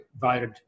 voted